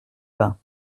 bains